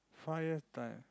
five years time